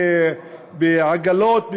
בעגלות,